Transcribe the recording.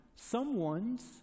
someones